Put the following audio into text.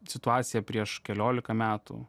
situacija prieš keliolika metų